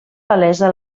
palesa